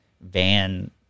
van